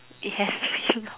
yes did you know